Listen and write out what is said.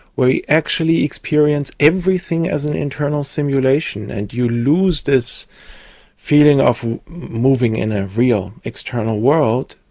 where you actually experience everything as an internal simulation and you lose this feeling of moving in a real external world.